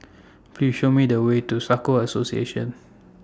Please Show Me The Way to Soka Association